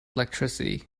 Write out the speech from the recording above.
electricity